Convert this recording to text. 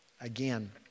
Again